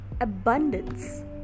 abundance